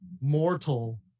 mortal